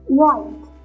white